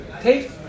Take